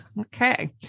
Okay